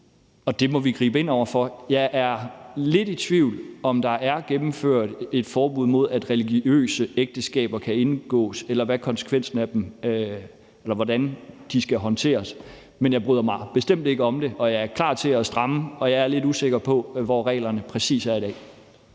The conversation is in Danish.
Det må vi gribe ind over for. Jeg er lidt i tvivl om, om der er gennemført et forbud mod, at religiøse ægteskaber kan indgås, eller hvordan de skal håndteres. Men jeg bryder mig bestemt ikke om det. Jeg er klar til at lave stramninger, og jeg er lidt usikker på, hvordan reglerne præcis er i dag.